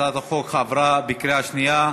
הצעת החוק עברה בקריאה שנייה.